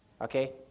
Okay